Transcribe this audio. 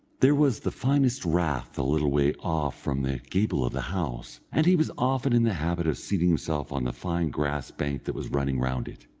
there was the finest rath a little way off from the gable of the house, and he was often in the habit of seating himself on the fine grass bank that was running round it.